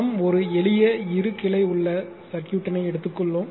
நாம் ஒரு எளிய இரு கிளை உள்ள சர்க்யூட்னை எடுத்துள்ளோம்